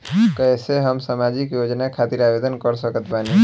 कैसे हम सामाजिक योजना खातिर आवेदन कर सकत बानी?